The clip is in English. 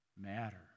Matter